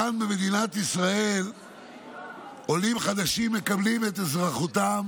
כאן במדינת ישראל עולים חדשים מקבלים את אזרחותם,